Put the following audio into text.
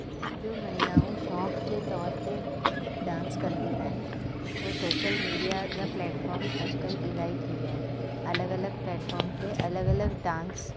जो महिलाऊं शौक़ु जे तौर ते डांस कंदी आहिनि हू सोशल मीडिया जा प्लेटफ़ॉम अॼु कल्ह इलाही थी विया आहिनि अलॻि अलॻि प्लेटफ़ॉम ते अलॻि अलॻि डांस